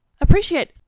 appreciate